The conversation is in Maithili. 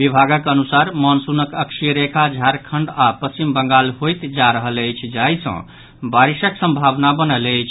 विभागक अनुसार मॉनसूनक अक्षीय रेखा झारखण्ड आओर पश्चिम बंगाल होइत जा रहल अछि जाहि सँ बारिशक संभावना बनल अछि